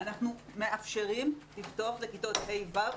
מאפשרים לפתוח לכיתות ה'-ו'